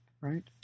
right